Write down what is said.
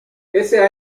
ese